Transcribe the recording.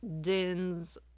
Din's